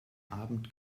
abend